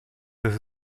this